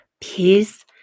peace